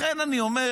לכן אני אומר,